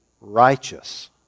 righteous